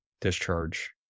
discharge